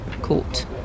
court